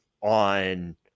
on